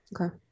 Okay